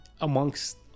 amongst